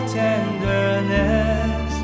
tenderness